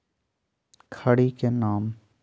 खड़ी के नाम?